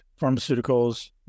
pharmaceuticals